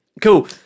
cool